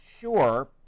sure